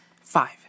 Five